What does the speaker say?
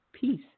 peace